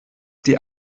die